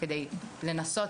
כדי לנסות,